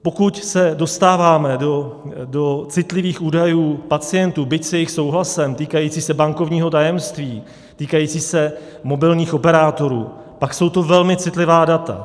Pokud se dostáváme do citlivých údajů pacientů, byť s jejich souhlasem, týkajících se bankovního tajemství, týkajících se mobilních operátorů, pak jsou to velmi citlivá data.